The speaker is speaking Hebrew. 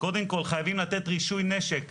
היו לנו 6,000 כניסות